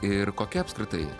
ir kokia apskritai